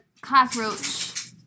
cockroach